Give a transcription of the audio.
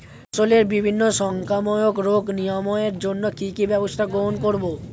ফসলের বিভিন্ন সংক্রামক রোগ নিরাময়ের জন্য কি কি ব্যবস্থা গ্রহণ করব?